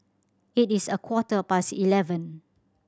it is a quarter past eleven